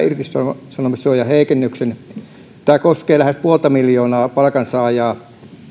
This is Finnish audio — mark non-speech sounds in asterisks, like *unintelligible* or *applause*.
*unintelligible* irtisanomissuojan heikennyksen tämä koskee lähes puolta miljoonaa palkansaajaa